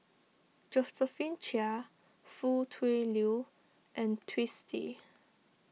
Josephine Chia Foo Tui Liew and Twisstii